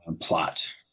plot